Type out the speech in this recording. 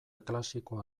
klasikoa